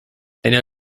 eine